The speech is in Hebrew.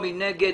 מי נגד?